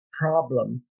problem